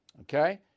okay